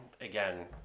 again